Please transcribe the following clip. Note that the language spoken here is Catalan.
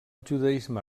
judaisme